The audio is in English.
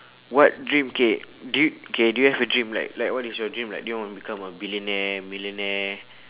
what dream okay do you okay do you have a dream like like what is your dream like do you want to become a billionaire millionaire